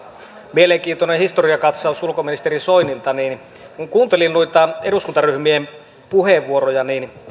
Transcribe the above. mielenkiintoinen historiakatsaus ulkoministeri soinilta niin kun kuuntelin noita eduskuntaryhmien puheenvuoroja